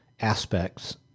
aspects